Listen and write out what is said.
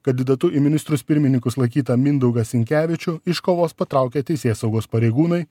kandidatu į ministrus pirmininkus laikytą mindaugą sinkevičių iš kovos patraukę teisėsaugos pareigūnai